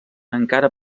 encara